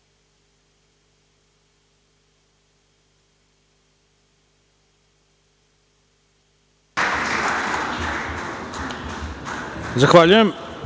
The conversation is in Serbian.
Zahvaljujem. Na